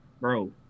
bro